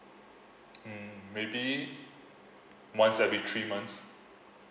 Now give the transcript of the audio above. mm maybe once every three months